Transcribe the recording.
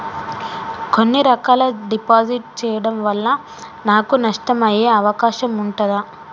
కొన్ని రకాల డిపాజిట్ చెయ్యడం వల్ల నాకు నష్టం అయ్యే అవకాశం ఉంటదా?